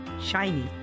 shiny